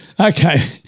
Okay